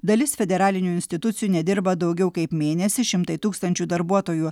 dalis federalinių institucijų nedirba daugiau kaip mėnesį šimtai tūkstančių darbuotojų